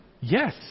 yes